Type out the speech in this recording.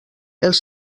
els